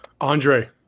Andre